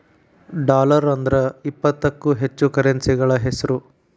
dollar ಅಂದ್ರ ಇಪ್ಪತ್ತಕ್ಕೂ ಹೆಚ್ಚ ಕರೆನ್ಸಿಗಳ ಹೆಸ್ರು